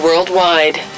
worldwide